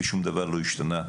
שום דבר לא השתנה.